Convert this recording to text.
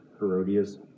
Herodias